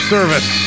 Service